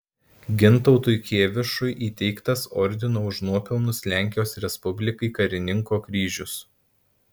gintautui kėvišui įteiktas ordino už nuopelnus lenkijos respublikai karininko kryžius